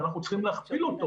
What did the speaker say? ואנחנו צריכים להכפיל אותו